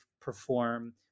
perform